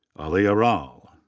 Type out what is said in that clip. ali arale.